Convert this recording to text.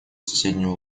соседнюю